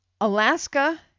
Alaska